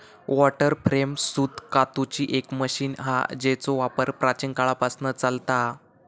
water frame सूत कातूची एक मशीन हा जेचो वापर प्राचीन काळापासना चालता हा